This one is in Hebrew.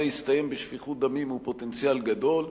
יסתיים בשפיכות דמים הוא פוטנציאל גדול,